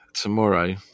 Tomorrow